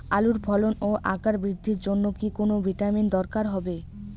আলুর ফলন ও আকার বৃদ্ধির জন্য কি কোনো ভিটামিন দরকার হবে?